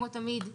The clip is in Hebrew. כמו תמיד,